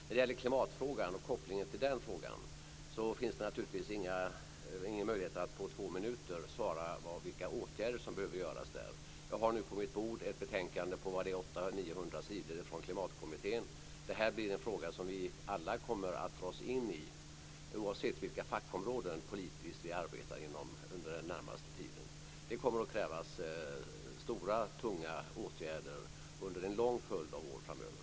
När det gäller klimatfrågan och kopplingen till den finns det naturligtvis ingen möjlighet att på två minuter svara på frågan vilka åtgärder som behöver vidtas. Jag har på mitt bord ett betänkande på 800 900 sidor från Klimatkommittén. Det här blir en fråga som vi alla kommer att dras in i, oavsett vilka fackområden politiskt vi arbetar inom under den närmaste tiden. Det kommer att krävas stora tunga åtgärder under en lång följd av år framöver.